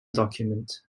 documents